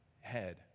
head